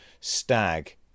stag